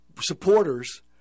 supporters